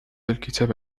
الكتاب